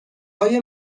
های